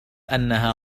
أنها